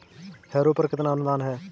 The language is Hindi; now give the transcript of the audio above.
हैरो पर कितना अनुदान है?